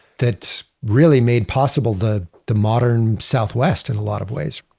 that's really made possible the the modern southwest in a lot of ways